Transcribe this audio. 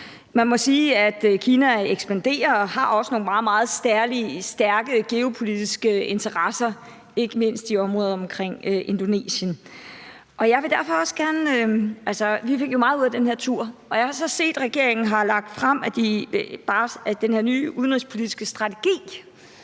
Man må sige, at Kina ekspanderer og også har nogle meget, meget stærke geopolitiske interesser, ikke mindst i området omkring Indonesien. Vi fik jo meget ud af den her tur, og jeg har så set, at regeringen har fremlagt den her nye udenrigspolitiske strategi,